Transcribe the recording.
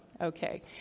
Okay